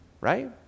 right